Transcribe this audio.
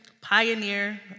pioneer